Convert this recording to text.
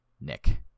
Nick